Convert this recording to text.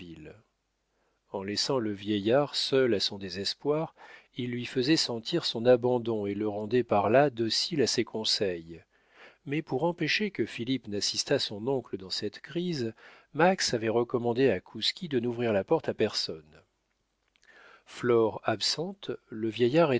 en laissant le vieillard seul à son désespoir il lui faisait sentir son abandon et le rendait par là docile à ses conseils mais pour empêcher que philippe n'assistât son oncle dans cette crise max avait recommandé à kouski de n'ouvrir la porte à personne flore absente le vieillard